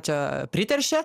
čia priteršia